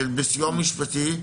משפטי,